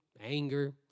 anger